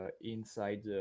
Inside